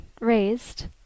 raised